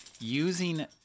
using